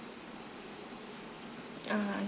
ah